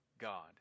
God